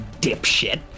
dipshit